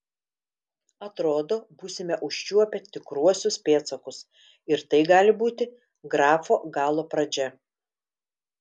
atrodo būsime užčiuopę tikruosius pėdsakus ir tai gali būti grafo galo pradžia